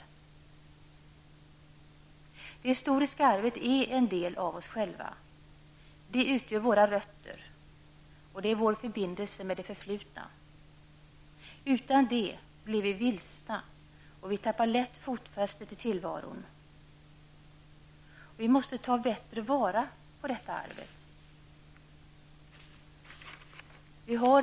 Det historiska arvet är en del av oss själva, det utgör våra rötter och är vår förbindelse med det förflutna. Utan det blir vi vilsna och tappar lätt fotfästet i tillvaron. Vi måste ta bättre vara på detta arv.